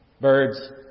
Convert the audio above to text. Birds